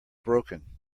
broken